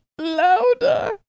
Louder